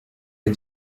les